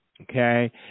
okay